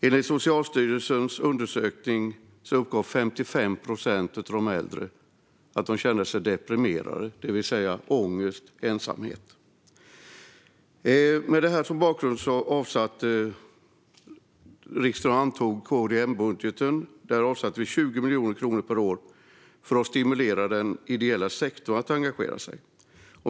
Enligt Socialstyrelsens undersökning uppgav 55 procent av de äldre att de känner sig deprimerade, det vill säga känner ångest och ensamhet. Med det som bakgrund antog riksdagen KD-M-budgeten. Där avsatte vi 20 miljoner kronor per år för att stimulera den ideella sektorn att engagera sig.